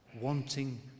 wanting